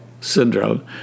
syndrome